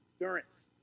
endurance